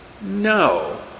No